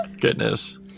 Goodness